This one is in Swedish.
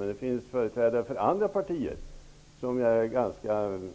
Men det finns företrädare för andra partier som gör mig